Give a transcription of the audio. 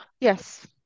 Yes